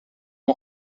een